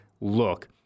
look